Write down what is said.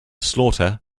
slaughter